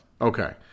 Okay